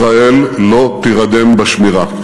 ישראל לא תירדם בשמירה.